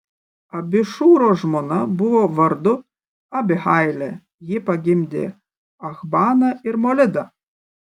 abišūro žmona buvo vardu abihailė ji pagimdė achbaną ir molidą